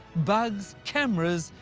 bugs, cameras,